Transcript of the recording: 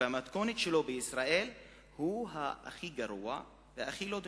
ובמתכונת שלו בישראל הוא הכי גרוע והכי לא דמוקרטי,